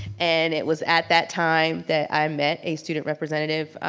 and it was at that time that i met a student representative,